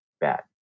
bad